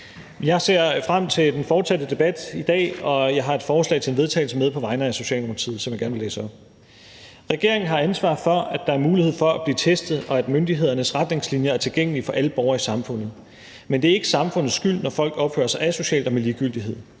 Jeg ser frem til den fortsatte debat i dag, og jeg har et forslag til vedtagelse med på vegne af Socialdemokratiet, som jeg gerne vil læse op. Forslag til vedtagelse »Regeringen har ansvar for, at der er mulighed for at blive testet, og at myndighedernes retningslinjer er tilgængelige for alle borgere i samfundet. Men det er ikke samfundets skyld, når folk opfører sig asocialt og med ligegyldighed.